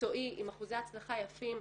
מקצועי עם אחוזי הצלחה יפים,